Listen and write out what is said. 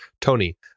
Tony